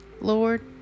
Lord